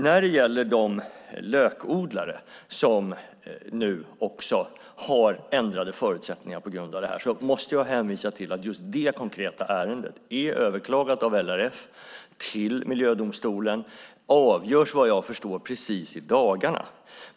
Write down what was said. När det gäller de lökodlare som nu har ändrade förutsättningar på grund av detta måste jag hänvisa till att just det konkreta ärendet är överklagat av LRF till miljödomstolen. Det avgörs vad jag förstår precis i dagarna.